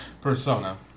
persona